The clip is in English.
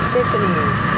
Tiffany's